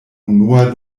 unua